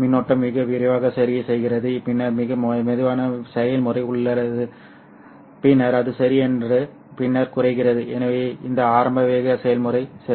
மின்னோட்டம் மிக விரைவாக சரி செய்கிறது பின்னர் மிக மெதுவான செயல்முறை உள்ளது பின்னர் அது சரி என்று பின்னர் குறைகிறது எனவே இந்த ஆரம்ப வேக செயல்முறை சரி